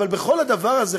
אבל בכל הדבר הזה,